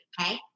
okay